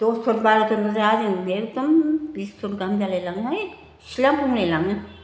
दसजन बार'जन जाहा जों एखदम बिसजन गाहाम जालायलाङोहाय सिथ्ला बुंलायलाङो